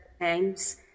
times